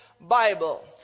Bible